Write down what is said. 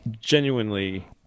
genuinely